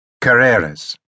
Carreras